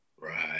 Right